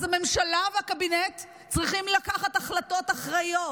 הממשלה והקבינט צריכים לקחת החלטות אחראיות,